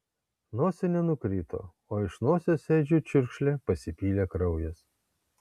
nosinė nukrito o iš nosies edžiui čiurkšle pasipylė kraujas